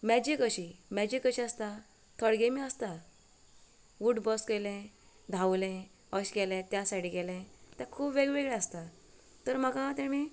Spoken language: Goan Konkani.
मॅजीक अशीं मॅजीक कशी आसता थोडें गॅमी आसता उट बस केलें धांवलें अशें गेलें त्या सायडी गेलें तेका खूब वेगवेगळें आसता तर म्हाका तेमी